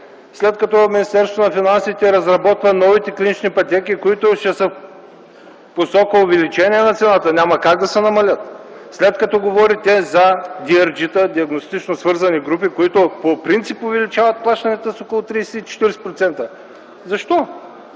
След като Министерство на финансите разработва новите клинични пътеки, които ще са в посока увеличение на цената, няма как да се намалят. След като говорите за диагностично свързани групи, които по принцип увеличават плащането с около 30-40%. Защо